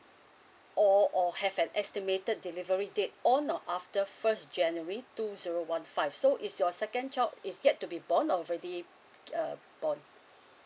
or or have an estimated delivery date on or after first january two zero one five so is your second child is yet to be born already uh born